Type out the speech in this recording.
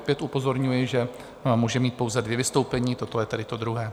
Opět upozorňuji, že může mít pouze dvě vystoupení, toto je tedy to druhé.